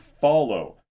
follow